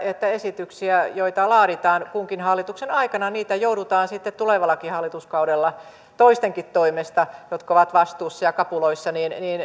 että esityksiä joita laaditaan kunkin hallituksen aikana joudutaan sitten tulevallakin hallituskaudella toistenkin toimesta jotka ovat vastuussa ja kapuloissa